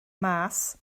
mas